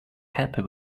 happy